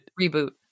reboot